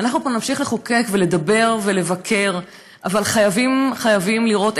הבוקר אמרה לנו: תשמעו,